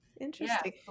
Interesting